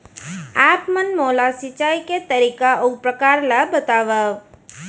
आप मन मोला सिंचाई के तरीका अऊ प्रकार ल बतावव?